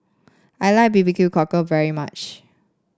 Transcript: I like Barbecue Cockle very much